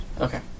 Okay